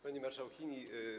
Pani Marszałkini!